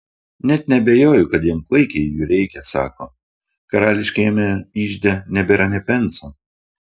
net neabejoju kad jam klaikiai jų reikia sako karališkajame ižde nebėra nė penso